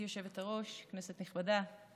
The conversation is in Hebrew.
לשם כך, הן התחייבו ליטול